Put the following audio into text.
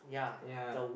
ya